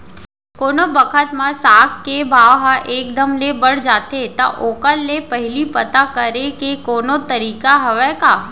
कोनो बखत म साग के भाव ह एक दम ले बढ़ जाथे त ओखर ले पहिली पता करे के कोनो तरीका हवय का?